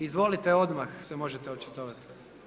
Izvolite, odmah se možete očitovati.